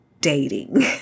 dating